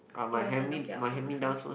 it was a Nokia phone also